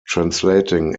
translating